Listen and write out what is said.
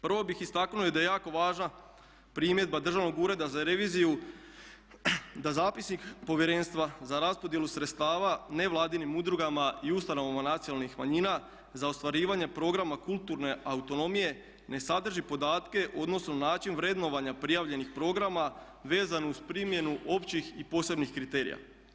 Prvo bih istaknuo i da je jako važna primjedba Državnog ureda za reviziju, da zapisnik Povjerenstva za raspodjelu sredstava nevladinim udrugama i ustanovama nacionalnih manjina za ostvarivanje programa kulturne autonomije ne sadrži podatke u odnosu na način vrednovanja prijavljenih programa vezano uz primjenu općih i posebnih kriterija.